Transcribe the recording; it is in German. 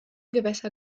gewässer